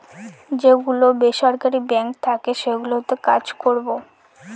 যে গুলো বেসরকারি বাঙ্ক থাকে সেগুলোতে কাজ করবো